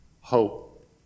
hope